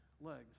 legs